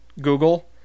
Google